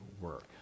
work